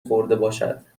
خوردهباشد